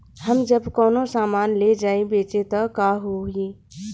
जब हम कौनो सामान ले जाई बेचे त का होही?